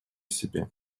себе